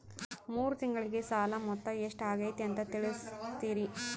ಮೂರು ತಿಂಗಳಗೆ ಸಾಲ ಮೊತ್ತ ಎಷ್ಟು ಆಗೈತಿ ಅಂತ ತಿಳಸತಿರಿ?